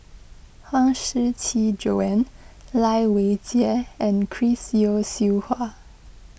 Huang Shiqi Joan Lai Weijie and Chris Yeo Siew Hua